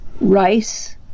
Rice